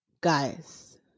guys